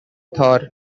thor